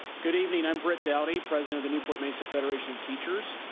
good evening. i'm brett dowdy, president of the newport mesa federation of teachers.